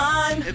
Time